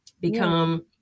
become